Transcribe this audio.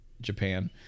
Japan